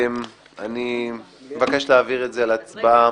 אני מבקש להעביר את זה להצבעה.